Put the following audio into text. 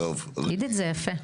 עידית זה יפה.